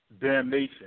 damnation